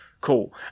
Cool